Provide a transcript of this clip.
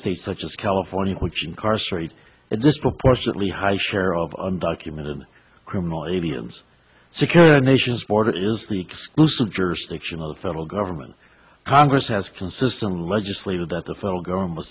states such as california which incarcerate this proportionately high share of undocumented criminal aliens secure a nation's border is the exclusive jurisdiction of the federal government congress has consistently legislated that the federal government